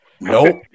Nope